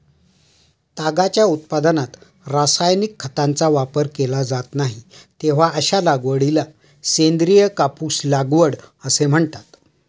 तागाच्या उत्पादनात रासायनिक खतांचा वापर केला जात नाही, तेव्हा अशा लागवडीला सेंद्रिय कापूस लागवड असे म्हणतात